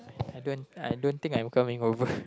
I don't I don't think I am coming over